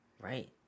Right